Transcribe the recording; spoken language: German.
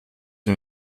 sie